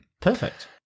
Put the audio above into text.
Perfect